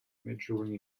majoring